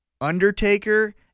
Undertaker